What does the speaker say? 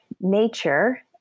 nature